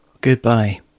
goodbye